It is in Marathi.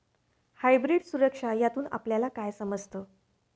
हायब्रीड सुरक्षा यातून आपल्याला काय समजतं?